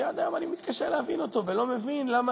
שעד היום אני מתקשה להבין אותו ולא מבין למה